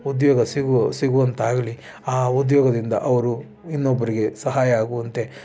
ಉದ್ಯೋಗ ಸಿಗು ಸಿಗುವಂತಾಗಲಿ ಆ ಉದ್ಯೋಗದಿಂದ ಅವರು ಇನ್ನೊಬ್ರಿಗೆ ಸಹಾಯ ಆಗುವಂತೆ